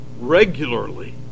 regularly